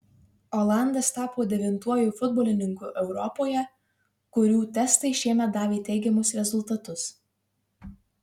olandas tapo devintuoju futbolininku europoje kurių testai šiemet davė teigiamus rezultatus